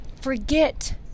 forget